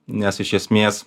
nes iš esmės